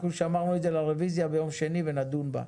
אנחנו שמרנו את זה לרביזיה ביום שני ונדון בה,